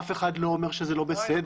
אף אחד לא אומר שזה לא בסדר,